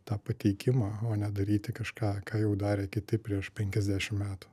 tą pateikimą o ne daryti kažką ką jau darė kiti prieš penkiasdešimt metų